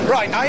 Right